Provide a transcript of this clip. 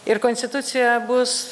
ir konstitucija bus